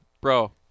bro